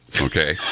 okay